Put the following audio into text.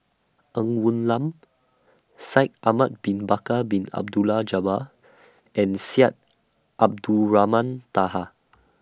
Ng Woon Lam Shaikh Ahmad Bin Bakar Bin Abdullah Jabbar and Syed Abdulrahman Taha